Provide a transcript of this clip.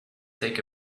take